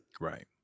Right